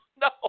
no